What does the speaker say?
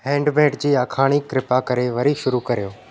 handmade जी आख़ाणी कृपा करे वरी शुरू करियो